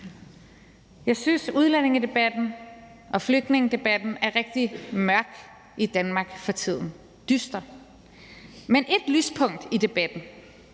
Jeg synes, at udlændingedebatten og flygtningedebatten er rigtig mørk i Danmark for tiden, dyster. Men ét lyspunkt i debatten